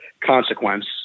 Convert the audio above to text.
consequence